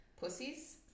pussies